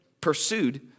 pursued